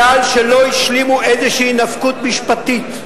כי לא השלימו איזו נפקות משפטית.